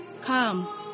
Come